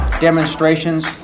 demonstrations